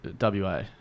WA